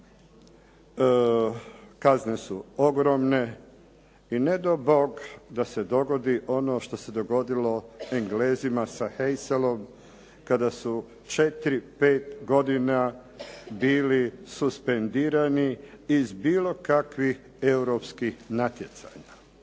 kazne su ogromne i ne dao Bog da se dogodi ono što se dogodilo Englezima sa Heiselom kada su četiri, pet godina bili suspendirani iz bilo kakvih europskih natjecanja.